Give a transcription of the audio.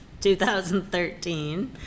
2013